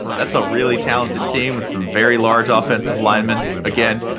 that's a really talented team with some very large offensive linemen. again,